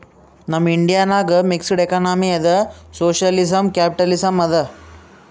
ನಮ್ ಇಂಡಿಯಾ ನಾಗ್ mixed economy ಅದಾ ಸೋಶಿಯಲಿಸಂ, ಕ್ಯಾಪಿಟಲಿಸಂ ಅದಾ